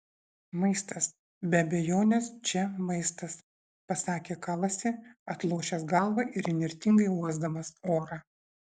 maistas be abejonės čia maistas pasakė kalasi atlošęs galvą ir įnirtingai uosdamas orą